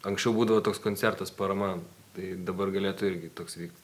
anksčiau būdavo toks koncertas parama tai dabar galėtų irgi toks vykti